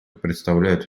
представляют